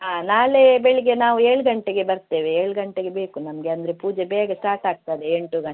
ಆಂ ನಾಳೆ ಬೆಳಿಗ್ಗೆ ನಾವು ಏಳು ಗಂಟೆಗೆ ಬರ್ತೇವೆ ಏಳು ಗಂಟೆಗೆ ಬೇಕು ನಮಗೆ ಅಂದರೆ ಪೂಜೆ ಬೇಗ ಸ್ಟಾರ್ಟ್ ಆಗ್ತದೆ ಎಂಟು ಗ